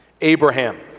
Abraham